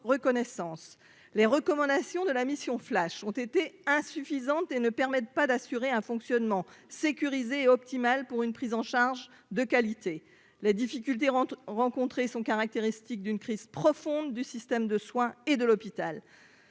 reconnaissance les recommandations de la mission flash ont été insuffisantes et ne permettent pas d'assurer un fonctionnement sécurisé optimal pour une prise en charge de qualité, la difficulté rentre rencontrer sont caractéristiques d'une crise profonde du système de soins et de l'hôpital,